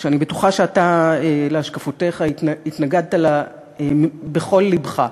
שאני בטוחה שאתה, להשקפותיך, התנגדת לה בכל לבך.